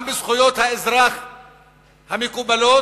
גם בזכויות האזרח המקובלות,